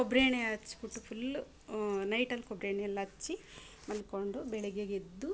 ಕೊಬ್ಬರಿ ಎಣ್ಣೆ ಹಚ್ಬಿಟ್ಟು ಫುಲ್ಲು ನೈಟಲ್ಲಿ ಕೊಬ್ಬರಿ ಎಣ್ಣೆ ಎಲ್ಲ ಹಚ್ಚಿ ಮಲಕೊಂಡು ಬೆಳಗ್ಗೆ ಎದ್ದು